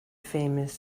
famous